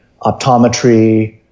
optometry